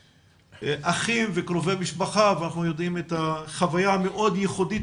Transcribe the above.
אחים וקרובי משפחה ואנחנו יודעים את החוויה המאוד ייחודית